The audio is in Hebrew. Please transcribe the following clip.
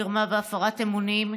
מרמה והפרת אמונים,